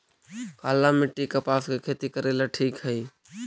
काली मिट्टी, कपास के खेती करेला ठिक हइ?